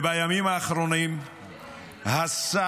בימים האחרונים השר,